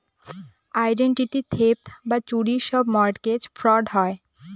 identity theft বা চুরির সব মর্টগেজ ফ্রড হয়